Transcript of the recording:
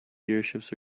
gearshifts